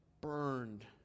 burned